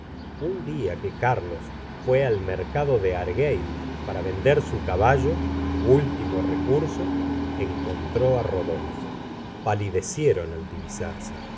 un dia que carlos fué al mercado de argueil para vender su ca ballo último recurso encontró á rodolfo palidecieron al divisarse